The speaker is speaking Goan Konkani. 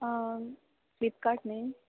फ्लिपकाट न्हय